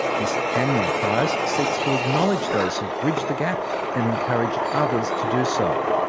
this annual prize seeks to acknowledge those who've bridged the gap and encourage others to do so.